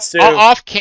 Off